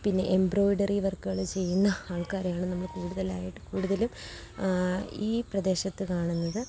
പിന്നെ എംബ്രോയിഡറി വർക്കുകൾ ചെയ്യുന്ന ആൾക്കാരെയാണ് നമ്മൾ കൂടുതലായിട്ടും കൂടുതലും ഈ പ്രദേശത്ത് കാണുന്നത്